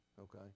Okay